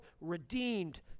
redeemed